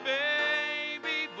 baby